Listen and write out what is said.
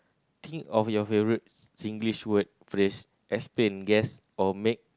think of your favourite Singlish word phrase explain guess or make